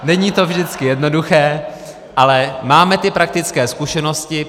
Není to vždycky jednoduché, ale máme ty praktické zkušenosti.